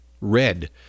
red